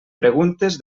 preguntes